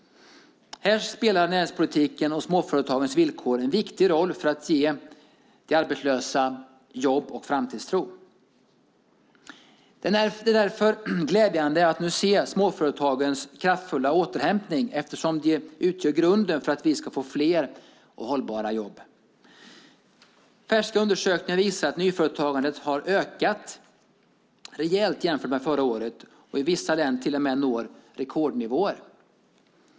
Här spelar näringspolitiken och småföretagens villkor en viktig roll för att ge arbetslösa jobb och framtidstro. Det är därför glädjande att nu se småföretagens kraftfulla återhämtning, eftersom de utgör grunden för att vi ska få fler och hållbara jobb. Färska undersökningar visar att nyföretagandet har ökat rejält jämfört med förra året och att vissa län till och med når rekordnivåer.